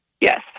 Yes